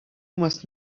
must